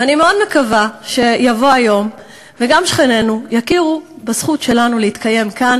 ואני מאוד מקווה שיבוא היום וגם שכנינו יכירו בזכות שלנו להתקיים כאן